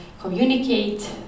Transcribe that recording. communicate